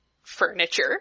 furniture